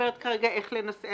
בסניף